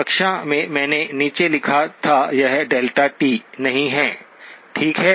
कक्षा में मैंने इसे नीचे लिखा था यह δ नहीं है ठीक है